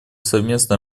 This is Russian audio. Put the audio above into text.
совместно